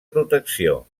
protecció